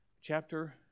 chapter